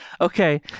okay